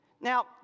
Now